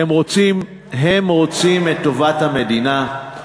הם רוצים את טובת המדינה.